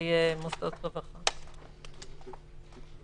תסכם במשפט אחד או שניים.